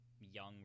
young